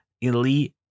Elite